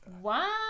Wow